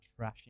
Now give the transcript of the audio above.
trashing